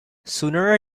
sooner